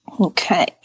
Okay